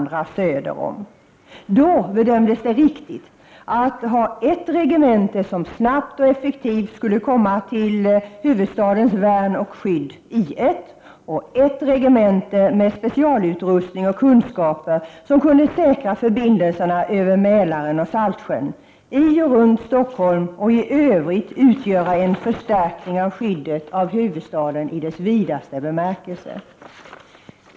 Då bedömdes det vara riktigt att ha ett regemente som snabbt och effektivt kunde komma till huvudstadens värn och skydd, I 1, och ett regemente med specialutrustning och kunskaper som kunde säkra förbindelserna över Mälaren och Saltsjön i och runt Stockholm och i övrigt utgöra en förstärkning av skyddet av huvudstaden i dess vidaste bemärkelse.